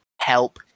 help